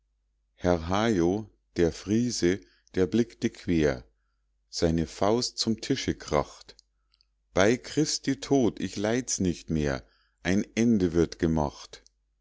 herr hayo der friese der blickte quer seine faust zum tische kracht bei christi tod ich leid's nicht mehr ein ende wird gemacht